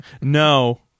No